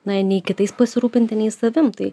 na nei kitais pasirūpinti nei savim tai